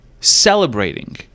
celebrating